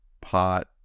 pot